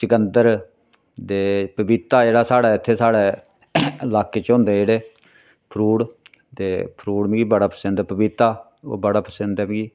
चकंदर दे पपीता जेह्ड़ा साढ़े इत्थैं साढ़ै लाके च होंदे जेह्ड़े फ्रूट ते फ्रूट मिगी बड़ा पसंद ऐ पपीता ओह् बड़ा पसंद ऐ मिगी